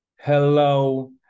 hello